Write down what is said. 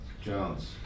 Jones